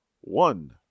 one